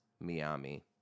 Miami